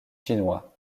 chinois